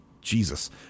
Jesus